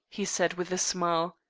he said with a smile.